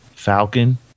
falcon